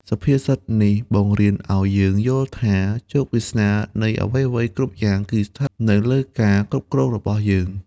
សុភាសិតនេះបង្រៀនឱ្យយើងយល់ថា ជោគវាសនានៃអ្វីៗគ្រប់យ៉ាងគឺស្ថិតនៅលើការគ្រប់គ្រងរបស់យើង។